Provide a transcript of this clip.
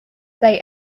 they